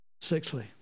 Sixthly